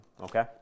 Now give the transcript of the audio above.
Okay